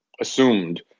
assumed